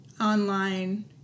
online